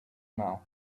mouth